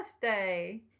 birthday